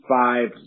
five